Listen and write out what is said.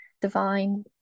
Divine